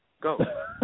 Go